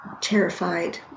terrified